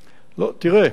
לא, תראה.